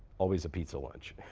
always a pizza lunch.